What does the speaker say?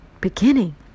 beginning